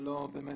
בתנאי